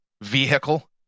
vehicle